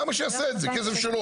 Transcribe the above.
למה שהוא יעשה את זה עם הכסף שלו?